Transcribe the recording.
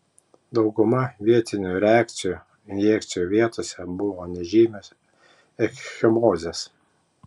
dauguma vietinių reakcijų injekcijų vietose buvo nežymios ekchimozės